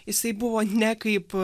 jisai buvo ne kaip